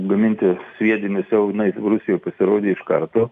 gaminti sviedinius jau jinai rusijoj pasirodė iš karto